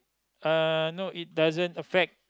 uh no it doesn't affect